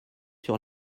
sur